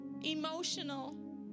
Emotional